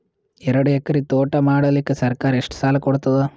ಎರಡು ಎಕರಿ ತೋಟ ಮಾಡಲಿಕ್ಕ ಸರ್ಕಾರ ಎಷ್ಟ ಸಾಲ ಕೊಡತದ?